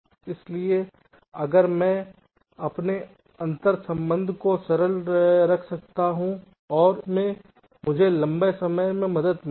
इसलिए अगर मैं अपने अंतर्संबंध को सरल रख सकता हूं और इससे मुझे लंबे समय में मदद मिलेगी